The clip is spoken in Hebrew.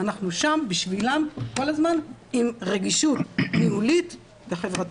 אנחנו שם בשבילם כל הזמן עם רגישות ניהולית וחברתית.